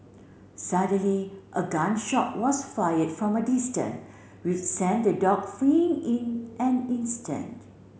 suddenly a gun shot was fired from a distant which sent the dog fleeing in an instant